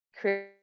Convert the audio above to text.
create